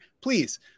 please